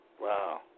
Wow